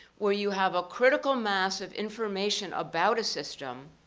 where you have a critical mass of information about a system,